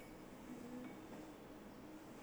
this one damn important email right I think